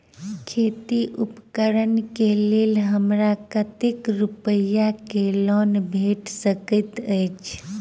खेती उपकरण केँ लेल हमरा कतेक रूपया केँ लोन भेटि सकैत अछि?